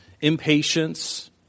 impatience